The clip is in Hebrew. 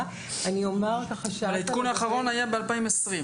העדכון האחרון היה ב-2020.